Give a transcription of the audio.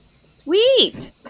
Sweet